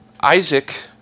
Isaac